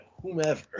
Whomever